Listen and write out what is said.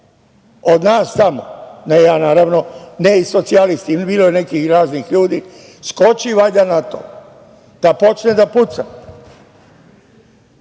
ja naravno, ne socijalisti, bilo je nekih raznih ljudi, skoči valjda na to, da počne da puca